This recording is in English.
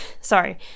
Sorry